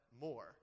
more